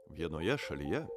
vienoje šalyje